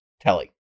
telly